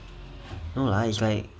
no lah it's like